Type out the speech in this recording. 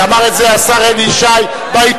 אמר את זה השר אלי ישי בעיתון.